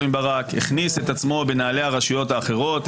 עם ברק הכניס את עצמו בנעלי הרשויות האחרות,